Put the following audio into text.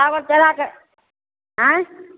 चावल चढ़ाकए आइ